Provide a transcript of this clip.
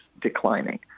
declining